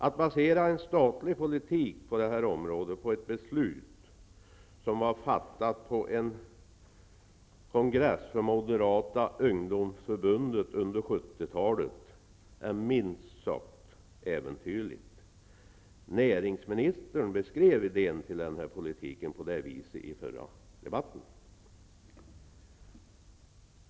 Att basera en statlig politik på detta område på ett beslut som fattades på en kongress för Moderata ungdomsförbundet under 70-talet är minst sagt äventyrligt. Näringsministern beskrev i den förra debatten i denna fråga idén till denna politik på det viset.